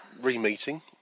re-meeting